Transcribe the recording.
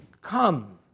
Come